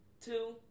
Two